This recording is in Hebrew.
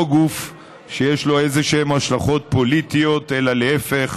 גוף שיש לו איזשהן השלכות פוליטיות אלא להפך,